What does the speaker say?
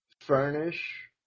furnish